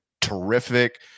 terrific